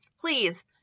Please